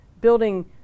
building